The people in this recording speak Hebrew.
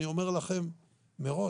אני אומר לכם מראש,